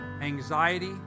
anxiety